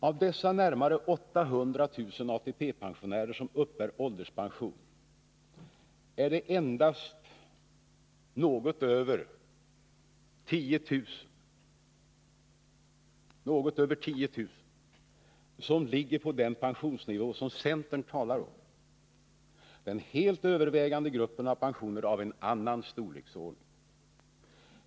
Av dessa närmare 800 000 ATP-pensionärer som uppbär ålderspension är det endast något över 10 000 som ligger på den pensionsnivå som centern talar om. Den helt övervägande gruppen har pensioner av en annan storleksordning.